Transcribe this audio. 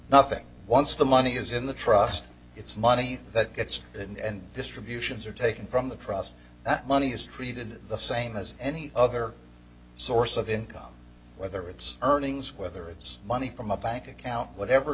nothing once the money is in the trust it's money that gets and distributions are taken from the trust that money is treated the same as any other source of income whether it's earnings whether it's money from a bank account whatever